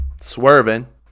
swerving